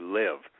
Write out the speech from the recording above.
live